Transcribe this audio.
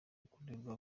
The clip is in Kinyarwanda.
rikorerwa